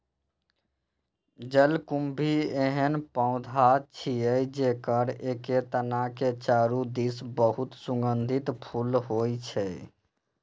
जलकुंभी एहन पौधा छियै, जेकर एके तना के चारू दिस बहुत सुगंधित फूल होइ छै